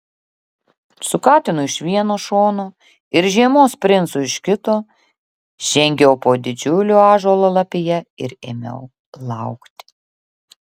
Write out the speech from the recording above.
su katinu iš vieno šono ir žiemos princu iš kito žengiau po didžiulio ąžuolo lapija ir ėmiau laukti